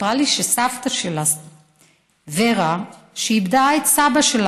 סיפרה לי שסבתא שלה, ורה, איבדה את בעלה.